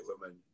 women